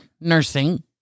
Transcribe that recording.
nursing